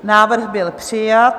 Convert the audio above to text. Návrh byl přijat.